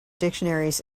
dictionaries